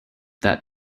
that